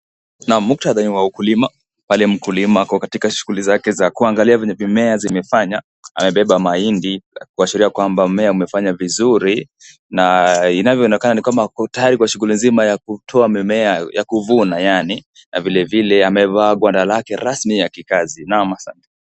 Naam muktadha ni wa ukulima pale mkulima kao katika shughuli zake za kuangalia vile mimea zimefanya. Amebeba mahindi kuashiria kwamba mmea umefanya vizuri na inavyoonekana ni kwamba ako tayari shughuli mzima ya kutoaa mimea ya kuvunayaani na vilevile amevaa gwanda lake rasmi ya kikazi.